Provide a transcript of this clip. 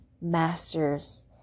masters